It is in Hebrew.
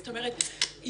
זאת אומרת,